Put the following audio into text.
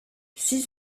six